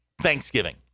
Thanksgiving